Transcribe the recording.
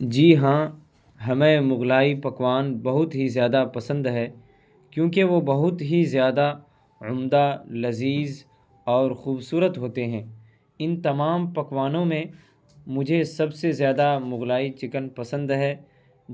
جی ہاں ہمیں مغلائی پکوان بہت ہی زیادہ پسند ہے کیونکہ وہ بہت ہی زیادہ عمدہ لذیذ اور خوبصورت ہوتے ہیں ان تمام پکوانوں میں مجھے سب سے زیادہ مغلائی چکن پسند ہے